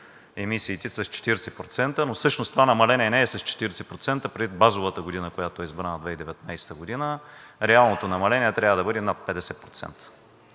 емисиите с 40%, но всъщност това намаление не е с 40%, предвид базовата година, която е избрана – 2019-а. Реалното намаление трябва да бъде над 50%.